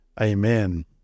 amen